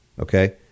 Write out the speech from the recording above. okay